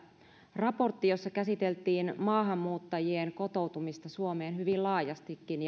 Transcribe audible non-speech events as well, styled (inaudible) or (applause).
raportti jossa käsiteltiin maahanmuuttajien kotoutumista suomeen hyvin laajastikin (unintelligible)